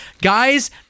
Guys